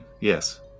Yes